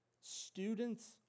students